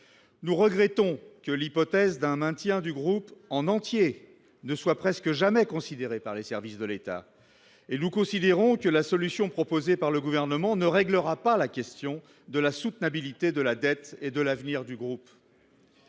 Nous regrettons que l’hypothèse du maintien du groupe dans son entier ne soit presque jamais envisagée par les services de l’État et nous considérons que la solution proposée par le Gouvernement ne réglera pas la question de la soutenabilité de la dette et de l’avenir du groupe.